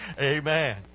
Amen